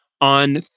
on